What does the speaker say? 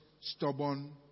stubborn